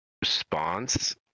response